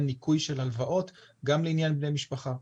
ניכוי של הלוואות גם לעניין בני משפחה.